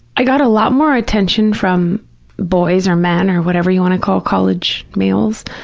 i got a lot more attention from boys or men or whatever you want to call college males,